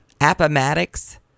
Appomattox